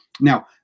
Now